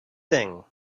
thing